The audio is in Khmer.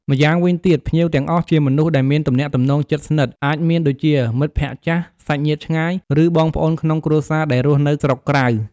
ម្យ៉ាងវិញទៀត ភ្ញៀវទាំងអស់ជាមនុស្សដែលមានទំនាក់ទំនងជិតស្និទ្ធ អាចមានដូចជា មិត្តភក្តិចាស់ សាច់ញាតិឆ្ងាយ ឬបងប្អូនក្នុងគ្រួសារដែលរស់នៅស្រុកក្រៅ។